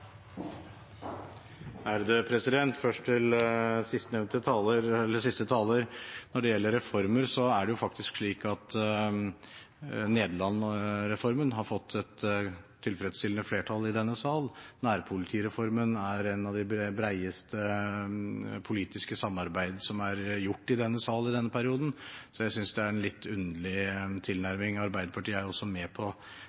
det faktisk slik at Nederland-reformen har fått et tilfredsstillende flertall i denne sal, nærpolitireformen er et av de bredeste politiske samarbeidene som er gjort i denne sal i denne perioden. Så jeg synes det er en litt underlig